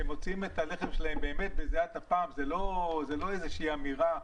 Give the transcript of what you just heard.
שהם מוציאים את הלחם שלהם באמת בזעת אפם וזאת לא איזושהי אמירה,